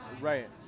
Right